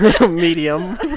medium